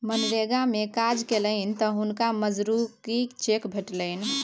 मनरेगा मे काज केलनि तँ हुनका मजूरीक चेक भेटलनि